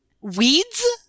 weeds